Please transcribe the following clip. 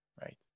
right